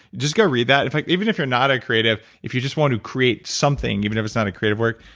just go read that. it's like even if you're not a creative, if you just want to create something even if it's not creative work,